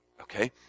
Okay